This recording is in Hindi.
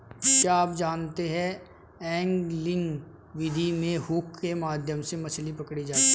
क्या आप जानते है एंगलिंग विधि में हुक के माध्यम से मछली पकड़ी जाती है